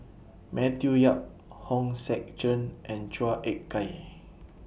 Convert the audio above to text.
Matthew Yap Hong Sek Chern and Chua Ek Kay